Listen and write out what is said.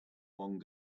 one